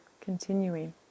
Continuing